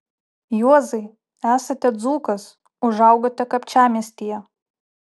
juozai esate dzūkas užaugote kapčiamiestyje